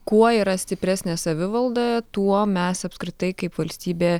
kuo yra stipresnė savivalda tuo mes apskritai kaip valstybė